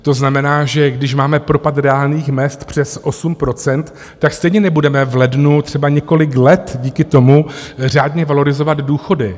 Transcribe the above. To znamená, že když máme propad reálných mezd přes 8 %, tak stejně nebudeme v lednu třeba několik let díky tomu řádně valorizovat důchody.